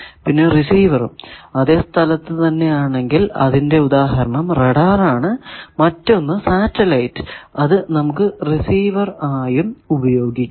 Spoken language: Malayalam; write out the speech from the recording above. പിന്നെ റിസീവറും അതെ സ്ഥലത്തു തന്നെ ആണെങ്കിൽ അതിന്റെ ഉദാഹരണം റഡാർ ആണ് മറ്റൊന്ന് സാറ്റലൈറ്റ് അത് നമുക്ക് റിസീവർ ആയും ഉപയോഗിക്കാം